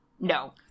No